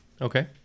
Okay